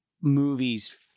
movies